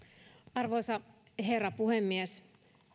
arvoisa herra puhemies